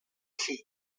figli